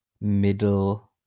middle